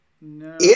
No